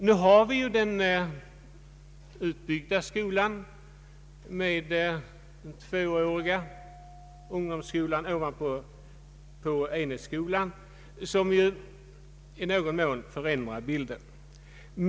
Nu har vi den utbyggda skolan med den tvååriga ungdomsskolan ovanpå enhetsskolan, vilket i någon mån förändrar bilden.